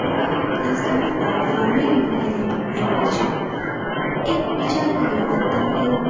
पूण लास्टा हांव फॉर्मूय घेवन आयलें एम एचे पूण एक विचार केलो हांवेन आतां मेरेन